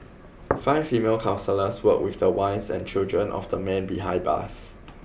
five female counsellors worked with the wives and children of the men behind bars